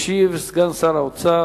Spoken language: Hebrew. ישיב סגן שר האוצר